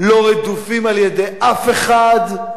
לא רדופים על-ידי אף אחד,